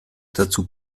dazu